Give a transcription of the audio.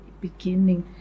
beginning